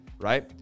right